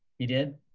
he did?